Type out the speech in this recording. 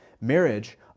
Marriage